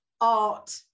art